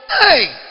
Hey